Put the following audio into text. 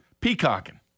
Peacocking